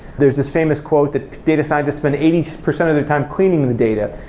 there's this famous quote that data scientists spend eighty percent of their time cleaning the data.